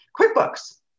QuickBooks